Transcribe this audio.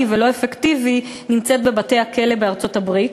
ולא אפקטיבי נמצאת בבתי-הכלא בארצות-הברית.